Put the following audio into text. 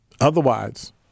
Otherwise